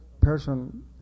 person